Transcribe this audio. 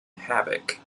havoc